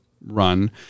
run